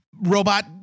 robot